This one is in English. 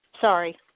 Sorry